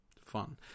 Fun